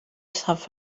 suffer